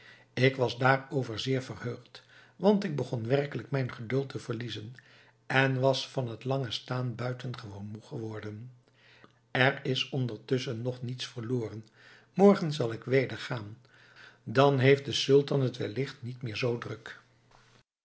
ik was daarover zeer verheugd want ik begon werkelijk mijn geduld te verliezen en was van t lange staan buitengewoon moe geworden er is ondertusschen nog niets verloren morgen zal ik weder gaan dan heeft de sultan het wellicht niet meer zoo druk